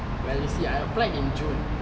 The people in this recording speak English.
well you see I applied in june